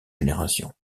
générations